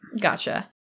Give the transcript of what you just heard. Gotcha